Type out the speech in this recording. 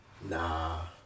Nah